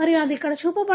మరియు అది ఇక్కడ చూపబడింది